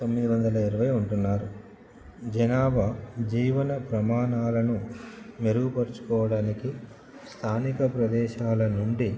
తొమ్మిది వందల ఇరవై ఉంటున్నారు జనాభా జీవన ప్రమాణాలను మెరుగుపరుచుకోవడానికి స్థానిక ప్రదేశాల నుండి